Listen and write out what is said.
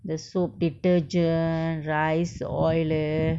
the soap detergent rice oil lah